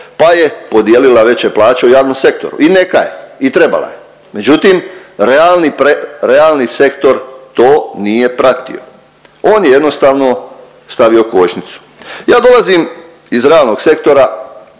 pa je podijelila veće plaće u javnom sektoru. I neka je i trebala je, međutim realni sektor to nije pratio, on je jednostavno stavio kočnicu. Ja dolazim iz realnog sektora,